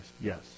Yes